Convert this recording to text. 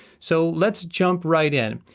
so let's jump right in.